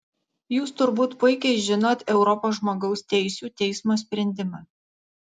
jūs turbūt puikiai žinot europos žmogaus teisių teismo sprendimą